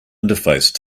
interface